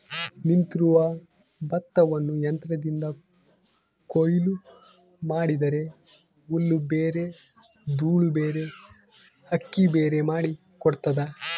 ನಿಂತಿರುವ ಭತ್ತವನ್ನು ಯಂತ್ರದಿಂದ ಕೊಯ್ಲು ಮಾಡಿದರೆ ಹುಲ್ಲುಬೇರೆ ದೂಳುಬೇರೆ ಅಕ್ಕಿಬೇರೆ ಮಾಡಿ ಕೊಡ್ತದ